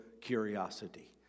curiosity